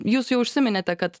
jūs jau užsiminėte kad